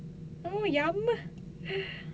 oh yum